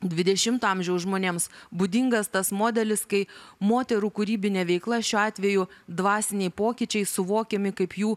dvidešimto amžiaus žmonėms būdingas tas modelis kai moterų kūrybinė veikla šiuo atveju dvasiniai pokyčiai suvokiami kaip jų